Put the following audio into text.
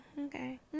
okay